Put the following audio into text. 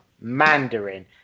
Mandarin